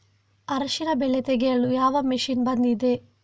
ಅರಿಶಿನ ಬೆಳೆ ತೆಗೆಯಲು ಯಾವ ಮಷೀನ್ ಬಂದಿದೆ?